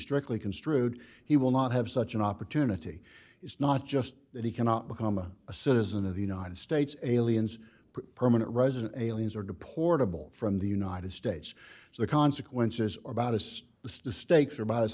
strictly construed he will not have such an opportunity it's not just that he cannot become a citizen of the united states aliens permanent resident aliens or deportable from the united states so the consequences are about as the stakes are about as